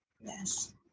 Yes